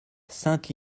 sainte